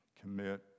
commit